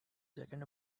second